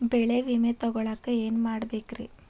ಬೆಳೆ ವಿಮೆ ತಗೊಳಾಕ ಏನ್ ಮಾಡಬೇಕ್ರೇ?